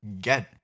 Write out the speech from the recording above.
get